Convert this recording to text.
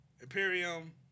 Imperium